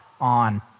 on